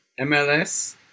MLS